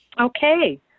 okay